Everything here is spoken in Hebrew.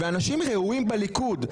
אנשים ראויים בליכוד,